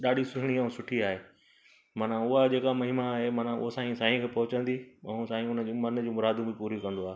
ॾाढी सुहिणी ऐं सुठी आहे मना उहा जेका महिमा आहे मना उहो साईं साईं खे पोहचंदी ऐं साईं हुन जी मन जी मुरादियूं बि पूरी कंदो आहे